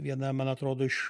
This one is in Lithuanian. viena man atrodo iš